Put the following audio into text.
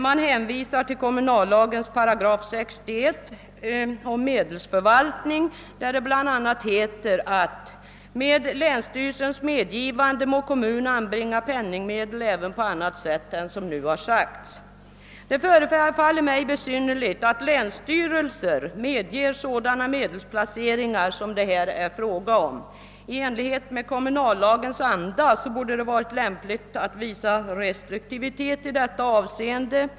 Man hänvisar till kommunallagens 61 8 om medelsförvaltning, där det bl.a. heter: »Med länsstyrelsens medgivande må kommun anbringa penningmedel även på annat sätt än nu sagts.» Det förefaller mig besynnerligt att länsstyrelser medger sådana medelsplaceringar som det här är fråga om. I enlighet med kommunallagens anda borde det ha varit lämpligt att visa restriktivitet i detta avseende.